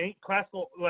classical